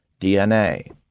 DNA